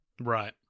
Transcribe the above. right